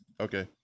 Okay